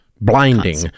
blinding